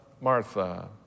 Martha